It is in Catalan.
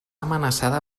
amenaçada